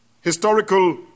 historical